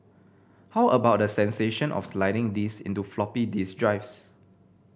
how about the sensation of sliding these into floppy disk drives